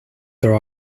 there